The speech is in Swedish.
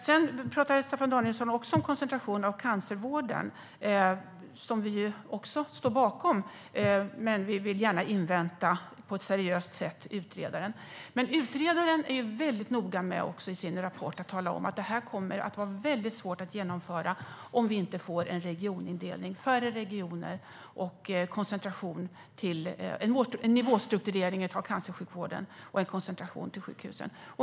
Sedan talade Staffan Danielsson om koncentration av cancervården, som vi också står bakom. Men vi vill gärna på ett seriöst sätt invänta utredaren. Utredaren är noga med att i sin rapport tala om att det kommer att bli väldigt svårt att genomföra om vi inte får en regionindelning med färre regioner, en nivåstrukturering av cancersjukvården och en koncentration till sjukhusen.